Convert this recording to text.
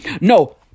No